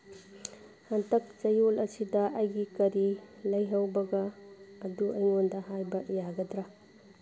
ꯍꯟꯗꯛ ꯆꯌꯣꯜ ꯑꯁꯤꯗ ꯑꯩꯒꯤ ꯀꯔꯤ ꯂꯩꯍꯧꯕꯒ ꯑꯗꯨ ꯑꯩꯉꯣꯟꯗ ꯍꯥꯏꯕ ꯌꯥꯒꯗ꯭ꯔꯥ